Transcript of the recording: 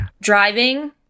driving